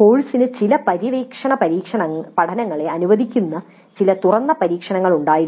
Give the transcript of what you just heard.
"കോഴ്സിന് ചില പര്യവേക്ഷണ പഠനങ്ങളെ അനുവദിക്കുന്ന ചില തുറന്ന പരീക്ഷണങ്ങൾ ഉണ്ടായിരുന്നു